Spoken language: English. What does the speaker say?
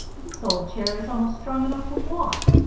this old chair is almost strong enough to walk!